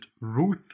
Ruth